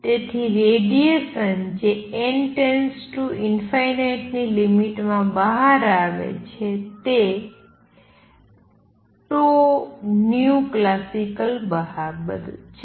તેથી રેડીએશન જે n →∞ ની લિમિટ માં બહાર આવે છે તે classical બરાબર છે